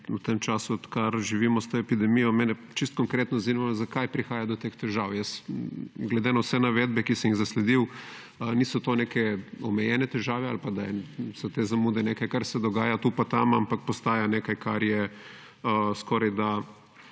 v tem času, odkar živimo s to epidemijo. Mene čisto konkretno zanima, zakaj prihaja do teh težav. Glede na vse navedbe, ki sem jih zasledil, to niso neke omejene težave ali da so te zamude nekaj, kar se dogaja tu pa tam, ampak postajajo nekaj, kar je skorajda